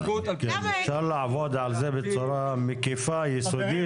אפשר לעבוד על זה בצורה מקיפה ויסודית.